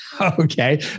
Okay